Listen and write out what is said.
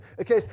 Okay